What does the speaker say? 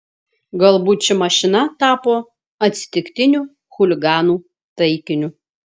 galbūt ši mašina tapo atsitiktiniu chuliganų taikiniu